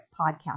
podcast